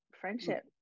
friendship